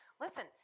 Listen